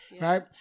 right